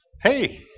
Hey